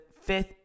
fifth